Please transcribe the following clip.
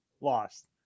lost